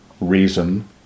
reason